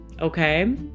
okay